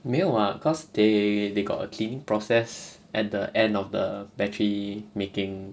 没有 [what] cause they they got a cleaning process at the end of the battery making